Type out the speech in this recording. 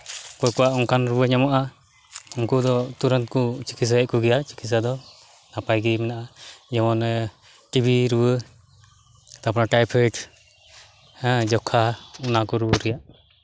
ᱚᱠᱚᱭ ᱠᱚᱣᱟᱜ ᱚᱱᱠᱟᱱ ᱨᱩᱣᱟᱹ ᱧᱟᱢᱚᱜᱼᱟ ᱩᱱᱠᱩ ᱫᱚ ᱛᱩᱨᱟᱹᱫ ᱠᱚ ᱪᱤᱠᱤᱛᱥᱟᱭᱮᱜ ᱠᱚᱜᱮᱭᱟ ᱪᱤᱠᱤᱛᱥᱟ ᱫᱚ ᱱᱟᱯᱟᱭ ᱜᱮ ᱢᱮᱱᱟᱜᱼᱟ ᱡᱮᱢᱚᱱ ᱴᱤᱵᱷᱤ ᱨᱩᱣᱟᱹ ᱛᱟᱨᱯᱚᱨᱮ ᱴᱟᱭᱯᱷᱚᱭᱮᱰ ᱦᱮᱸ ᱡᱚᱠᱽᱠᱷᱟ ᱚᱱᱟᱠᱚ ᱨᱩᱣᱟᱹ ᱨᱮᱭᱟᱜ